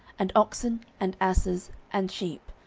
and oxen, and asses, and sheep,